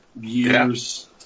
years